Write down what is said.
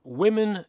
women